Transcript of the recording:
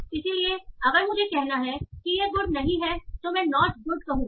इसलिए अगर मुझे कहना है कि यह गुड नहीं है तो मैं नॉट गुड कहूंगा